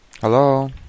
Hello